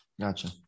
Gotcha